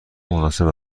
مناسب